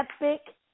epic